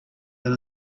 than